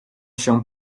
się